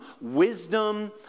wisdom